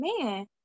man